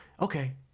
okay